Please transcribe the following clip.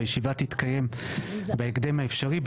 והישיבה תתקיים בהקדם האפשרי,